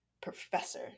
professor